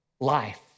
life